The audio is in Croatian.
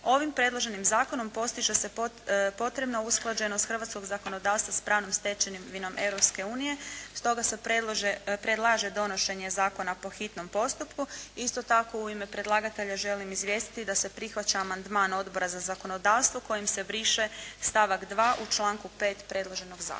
Ovim predloženim zakonom postiže se potrebna usklađenost hrvatskog zakonodavstva s pravnom stečevinom Europske unije, stoga se predlaže donošenje zakona po hitnom postupku, isto tako u ime predlagatelja želim izvijestiti da se prihvaća amandman Odbora za zakonodavstvo u kojem se briše stavak 2. u članku 5. predloženog zakona.